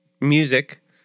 music